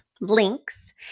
links